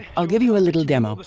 i'll give you a little demo, but